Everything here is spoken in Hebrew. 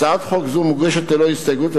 הצעת חוק זו מוגשת ללא הסתייגויות,